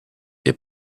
est